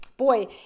boy